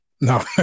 no